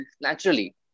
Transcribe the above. naturally